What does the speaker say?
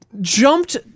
Jumped